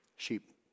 sheep